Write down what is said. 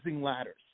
ladders